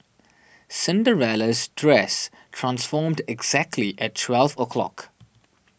Cinderella's dress transformed exactly at twelve o' clock